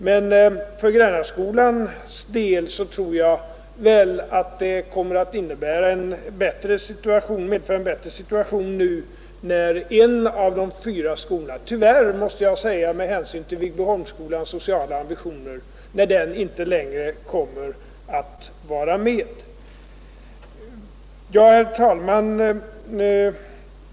Men för Grännaskolans del tror jag ändå att situationen kommer att bli bättre när en av de fyra skolorna — tyvärr, måste jag säga, med hänsyn till Viggbyholmsskolans sociala ambitioner — inte längre kommer att vara med. Herr talman!